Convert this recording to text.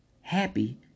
happy